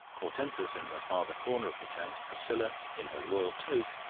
portentous, in the farther corner of the tent, priscilla, in her royal toque,